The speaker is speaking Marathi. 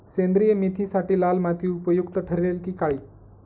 सेंद्रिय मेथीसाठी लाल माती उपयुक्त ठरेल कि काळी?